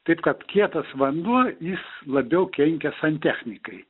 taip kad kietas vanduo jis labiau kenkia santechnikai